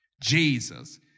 Jesus